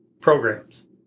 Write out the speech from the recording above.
programs